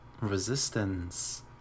Resistance